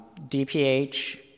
DPH